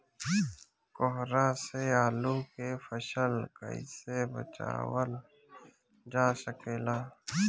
कोहरा से आलू के फसल कईसे बचावल जा सकेला?